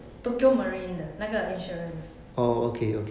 tokio marine 的那个 insurance